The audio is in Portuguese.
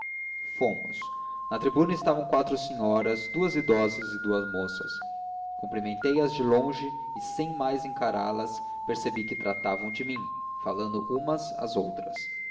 fomos na tribuna estavam quatro senhoras duas idosas e duas moças cumprimentei as de longe e sem mais encará las percebi que tratavam de mim falando umas às outras